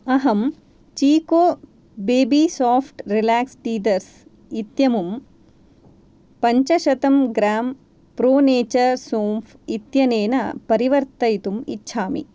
अहं Chicco baby soft relax teethers इत्यमुं पञ्चशतं ग्रेम् प्रोनेचर् सोम्फ् इत्यनेन परिवर्तयितुम् इच्छामि